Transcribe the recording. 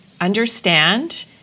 understand